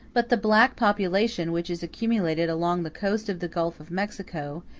but the black population which is accumulated along the coast of the gulf of mexico,